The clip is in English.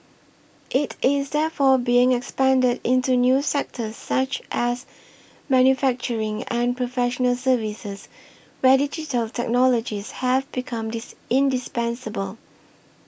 it is therefore being expanded into new sectors such as manufacturing and professional services where digital technologies have become dis indispensable